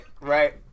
right